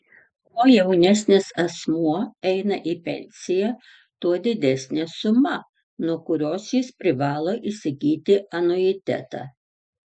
kuo jaunesnis asmuo eina į pensiją tuo didesnė suma nuo kurios jis privalo įsigyti anuitetą